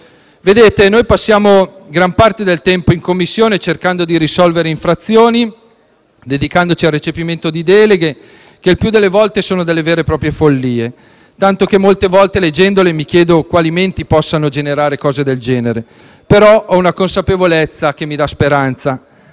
Vedete, noi passiamo gran parte del tempo in Commissione cercando di risolvere infrazioni e dedicandoci al recepimento di deleghe, che il più delle volte sono delle vere e proprie follie, tanto che molte volte, leggendole, mi chiedo quali menti possano pensare cose del genere. Però ho una consapevolezza che mi dà speranza: